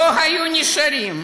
לא היינו נשארים